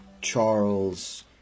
Charles